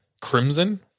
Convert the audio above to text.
Crimson